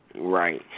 Right